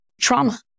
trauma